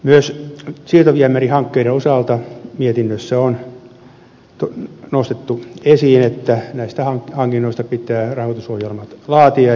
myös siirtoviemärihankkeiden osalta mietinnössä on nostettu esiin että näistä hankinnoista pitää laatia rahoitusohjelmat